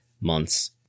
months